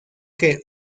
que